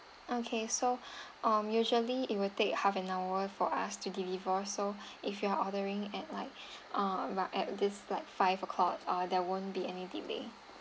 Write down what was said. okay so um usually it will take half an hour for us to deliver so if you are ordering at like uh about at this like five o'clock uh there won't be any delay